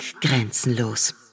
grenzenlos